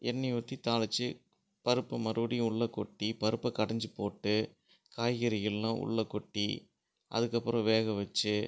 எண்ணெயை ஊற்றி தாளிச்சு பருப்பை மறுபடியும் உள்ளே கொட்டி பருப்பை கடைஞ்சி போட்டு காய்கறிகள்லாம் உள்ளே கொட்டி அதற்கப்பறம் வேக வச்சு